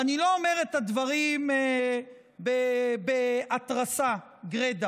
ואני לא אומר את הדברים בהתרסה גרידא,